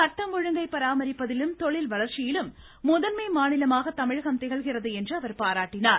சட்டம் ஒழுங்கை பராமரிப்பதிலும் தொழில் வளர்ச்சியிலும் முதன்மை மாநிலமாக தமிழகம் திகழ்கிறது என்று பாராட்டினார்